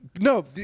No